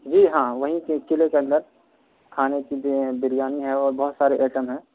جی ہاں وہیں کے ایک کلو کے اندر کھانے کی چیزیں بریانی ہے اور بہت سارے ایٹم ہیں